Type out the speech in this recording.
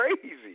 crazy